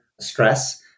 stress